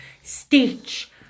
Stitch